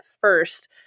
first